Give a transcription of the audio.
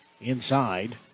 inside